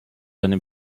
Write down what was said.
einem